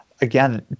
again